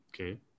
Okay